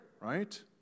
right